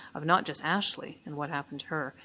of not just ashley and what happened to her,